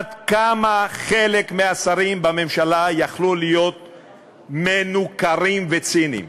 עד כמה חלק מהשרים בממשלה יכלו להיות מנוכרים וציניים?